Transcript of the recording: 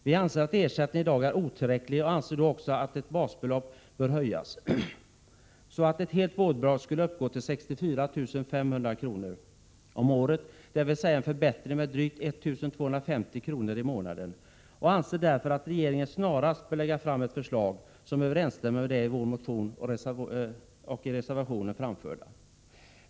Vi anser att ersättningen i dag är otillräcklig och att basbeloppet bör höjas så att ett helt vårdbidrag uppgår till 64 500 kr. om året. Det innebär en förbättring med drygt 1 250 kr. i månaden. Vi anser att regeringen på den punkten snarast bör lägga fram ett förslag, som överensstämmer med det som vi framfört i vår motion och reservation.